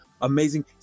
amazing